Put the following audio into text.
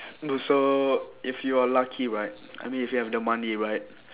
also if you are lucky right I mean if you have the money right